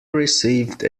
received